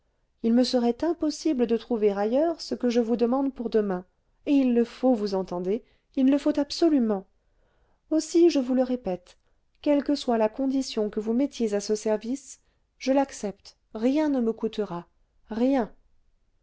il me serait impossible de trouver ailleurs ce que je vous demande pour demain et il le faut vous entendez il le faut absolument aussi je vous le répète quelle que soit la condition que vous mettiez à ce service je l'accepte rien ne me coûtera rien